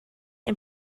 and